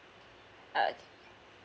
ugh